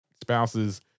spouses